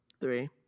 three